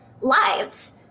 lives